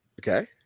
Okay